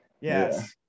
Yes